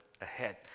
ahead